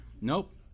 Nope